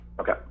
Okay